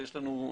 ויש לנו,